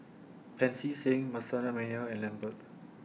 Pancy Seng Manasseh Meyer and Lambert